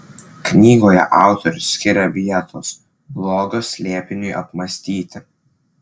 knygoje autorius skiria vietos blogio slėpiniui apmąstyti